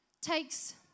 takes